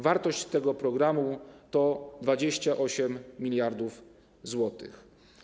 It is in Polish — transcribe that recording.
Wartość tego programu to 28 mld zł.